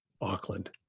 auckland